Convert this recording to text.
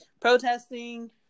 protesting